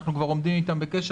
אנחנו כבר עומדים אתם בקשר,